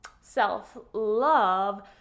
self-love